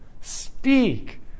speak